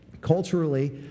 culturally